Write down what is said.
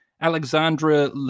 Alexandra